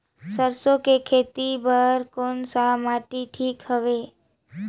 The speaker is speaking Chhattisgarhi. सरसो के खेती बार कोन सा माटी ठीक हवे?